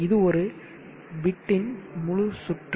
இது ஒரு பிட்டின் முழு சுற்று